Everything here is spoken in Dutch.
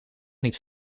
niet